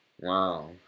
Wow